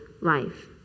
life